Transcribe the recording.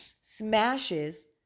smashes